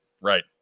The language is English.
Right